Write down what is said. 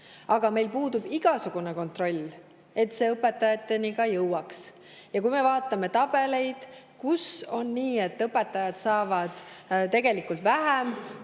aga meil puudub igasugune kontroll, et see õpetajateni ka jõuaks. Kui me vaatame tabeleid, kust [selgub], et õpetajad saavad tegelikult vähem